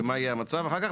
ומה יהיה המצב אחר כך,